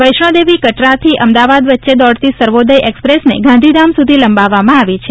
વૈષ્ણોદેવી કટરાથી અમદાવાદ વચ્ચે દોડતી સર્વોદય એક્સપ્રેસને ગાંધીધામ સુધી લંબાવવામાં આવી છે